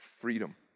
Freedom